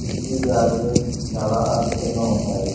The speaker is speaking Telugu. చిట్టి గారెలు చాలా అద్భుతంగా ఉంటాయి